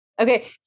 Okay